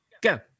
Go